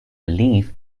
belief